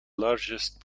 largest